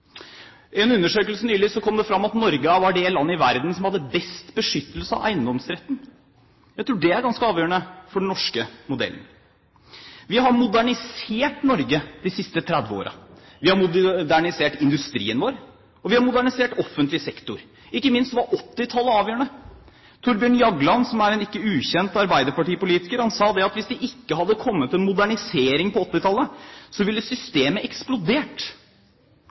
I en undersøkelse nylig kom det fram at Norge var det landet i verden som hadde best beskyttelse av eiendomsretten. Jeg tror det er ganske avgjørende for den norske modellen. Vi har modernisert Norge de siste 30 årene. Vi har modernisert industrien vår, og vi har modernisert offentlig sektor. Ikke minst var 1980-tallet avgjørende. Thorbjørn Jagland, som er en ikke ukjent arbeiderpartipolitier, sa at hvis det ikke var kommet en modernisering på 1980-tallet, ville systemet eksplodert.